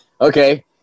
okay